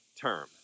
term